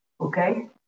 okay